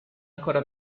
ancora